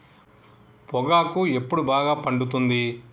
పొగాకు ఎప్పుడు బాగా పండుతుంది?